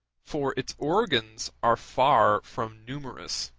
for its organs are far from numerous.